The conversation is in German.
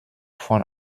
von